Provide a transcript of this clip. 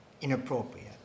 inappropriate